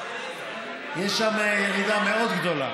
יש שם ירידה מאוד גדולה.